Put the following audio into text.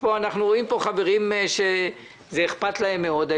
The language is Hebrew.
אנחנו רואים פה חברים שהעניין הזה אכפת להם מאוד.